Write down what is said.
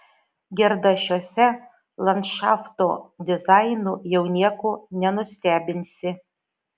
gerdašiuose landšafto dizainu jau nieko nenustebinsi